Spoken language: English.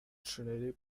trinity